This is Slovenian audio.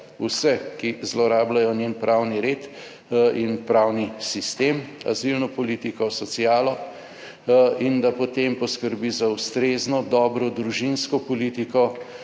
vse, ki zlorabljajo njen pravni red in pravni sistem, azilno politiko, socialo in da potem poskrbi za ustrezno dobro družinsko politiko